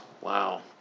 Wow